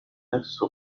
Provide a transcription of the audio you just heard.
نفس